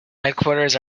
headquarters